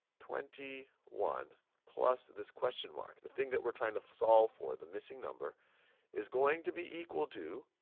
twenty one plus this question mark, the thing that we're trying to solve for. the missing number is going to be equal to,